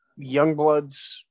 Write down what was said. Youngbloods